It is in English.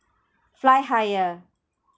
fly higher